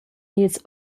ils